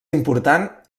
important